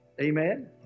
Amen